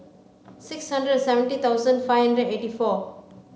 six hundred seventy thousand five and eighty four